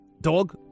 dog